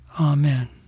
Amen